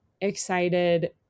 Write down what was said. excited